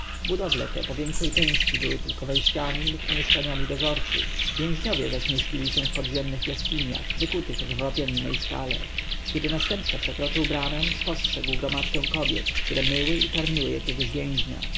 budowle te po większej części były tylko wejściami lub mieszkaniami dozorców więźniowie zaś mieścili się w podziemnych jaskiniach wykutych w wapiennej skale kiedy następca przekroczył bramę spostrzegł gromadkę kobiet które myły i karmiły jakiegoś więźnia